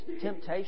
temptation